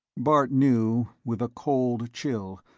bart knew, with a cold chill,